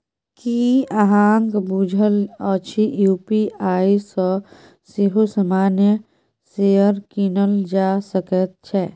की अहाँक बुझल अछि यू.पी.आई सँ सेहो सामान्य शेयर कीनल जा सकैत छै?